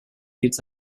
dits